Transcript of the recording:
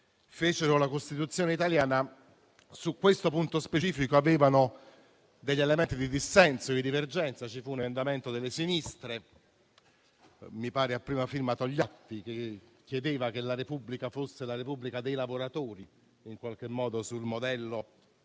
fecero la Costituzione italiana, su questo punto specifico avevano degli elementi di dissenso e di divergenza. Ci fu un emendamento delle sinistre, mi pare a prima firma Togliatti, che chiedeva che la Repubblica fosse la Repubblica dei lavoratori, in qualche modo sul modello